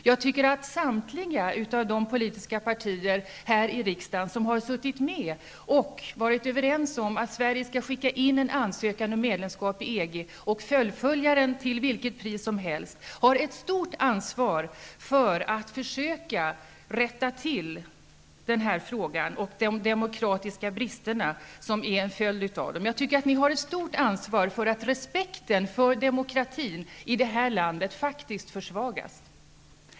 Jag tycker att samtliga de politiska partier här i riksdagen som har suttit med och varit överens om att Sverige skall skicka in en ansökan om medlemskap i EG och fullfölja den till vilket pris som helst har ett stort ansvar för att försöka rätta till den här frågan och de demokratiska bristerna som är en följd av den. Jag tycker att ni har ett stort ansvar för att respekten för demokratin i det här landet faktiskt försvagas.